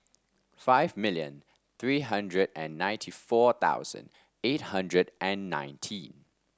five million three hundred and ninety four thousand eight hundred and ninety